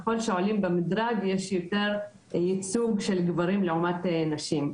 ככל שעולים במדרג יש יותר ייצוג של גברים לעומת נשים,